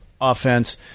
offense